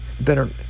Better